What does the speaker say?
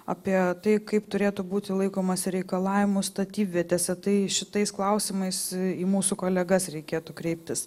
apie tai kaip turėtų būti laikomasi reikalavimų statybvietėse tai šitais klausimais į į mūsų kolegas reikėtų kreiptis